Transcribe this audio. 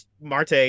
Marte